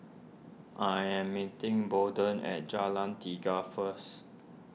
I am meeting Bolden at Jalan Tiga first